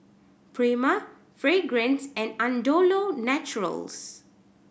Prima Fragrance and Andalou Naturals